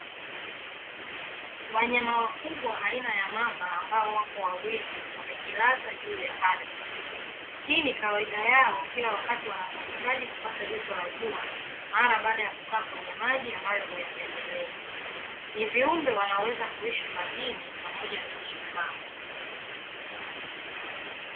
Wanyama wakubwa aina ya mamba ambao wako wawili wamejilaza juu ya ardhi. Hii ni kawaida yao kila wakati wanapohitaji kupata joto la jua, mara baada ya kukaa kwenye maji ambayo huyapendelea. Ni viumbe wanaoweza kuishi majini pamoja na nchi kavu.